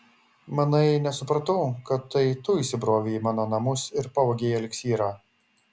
manai nesupratau kad tai tu įsibrovei į mano namus ir pavogei eliksyrą